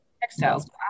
textiles